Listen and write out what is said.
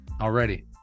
already